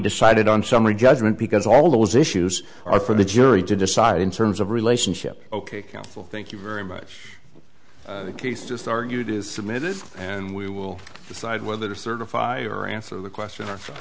decided on summary judgment because all those issues are for the jury to decide in terms of relationship ok counsel thank you very much the case just argued is submitted and we will decide whether to certify or answer the question or